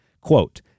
Quote